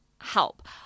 help